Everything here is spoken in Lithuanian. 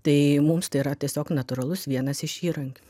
tai mums tai yra tiesiog natūralus vienas iš įrankių